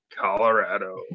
Colorado